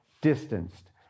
distanced